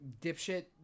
Dipshit